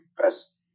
best